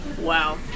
Wow